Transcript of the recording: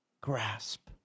grasp